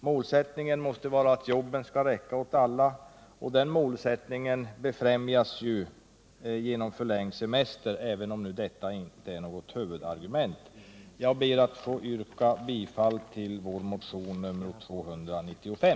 Målsättningen måste vara att jobben skall räcka åt alla, och den målsättningen befrämjas ju genom förlängd semester, även om detta inte är något huvudargument. Herr talman! Jag ber att få yrka bifall till vår motion nr 295.